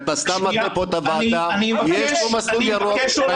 אתה מטעה את הוועדה, יש מסלול ירוק.